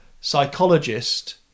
psychologist